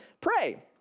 pray